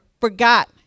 forgot